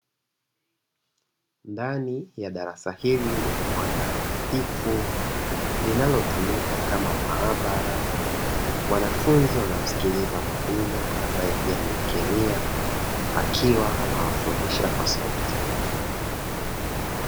Ndani ya darasa hili lenye mwanga hafifu linalotumika kama maabara, wanafunzi wanamsikiliza mwalimu ambae pia ni mkemia akiwa anawafundisha kwa sauti.